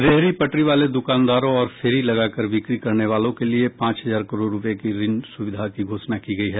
रेहड़ी पटरी वाले दुकानदारों और फेरी लगाकर बिक्री करने वालों के लिए पांच हजार करोड रुपये की ऋण सुविधा की घोषणा की गई है